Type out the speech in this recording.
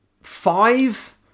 five